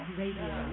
radio